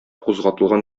кузгатылган